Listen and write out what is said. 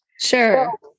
Sure